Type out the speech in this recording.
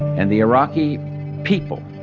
and the iraqi people